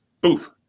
Boof